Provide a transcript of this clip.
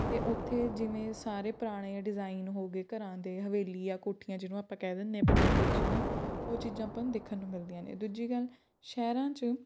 ਅਤੇ ਉੱਥੇ ਜਿਵੇਂ ਸਾਰੇ ਪੁਰਾਣੇ ਡਿਜ਼ਾਈਨ ਹੋ ਗਏ ਘਰਾਂ ਦੇ ਹਵੇਲੀ ਆ ਕੋਠੀਆਂ ਜਿਹਨੂੰ ਆਪਾਂ ਕਹਿ ਦਿੰਦੇ ਹਾਂ ਪੰਜਾਬੀ 'ਚ ਹੈ ਨਾ ਉਹ ਚੀਜ਼ਾਂ ਆਪਾਂ ਨੂੰ ਦੇਖਣ ਨੂੰ ਮਿਲਦੀਆਂ ਨੇ ਦੂਜੀ ਗੱਲ ਸ਼ਹਿਰਾਂ 'ਚ